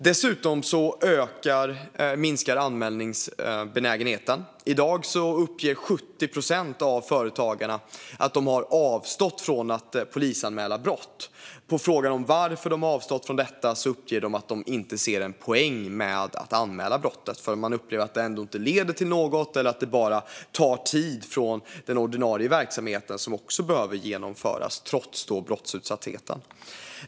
Dessutom minskar anmälningsbenägenheten. I dag uppger 70 procent av företagarna att de har avstått från att polisanmäla brott. På frågan om varför de har avstått från detta uppger de att de inte ser någon poäng med att anmäla brottet. De upplever att det ändå inte leder till något eller att det bara tar tid från den ordinarie verksamheten som också behöver genomföras trots brottsutsattheten.